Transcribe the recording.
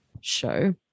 show